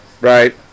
right